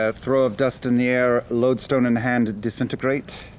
ah throw of dust in the air, lodestone in hand. disintegrate.